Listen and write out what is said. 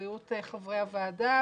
בריאות חברי הוועדה,